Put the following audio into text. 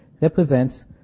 represents